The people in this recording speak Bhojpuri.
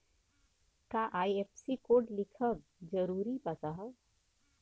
का आई.एफ.एस.सी कोड लिखल जरूरी बा साहब?